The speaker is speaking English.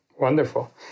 Wonderful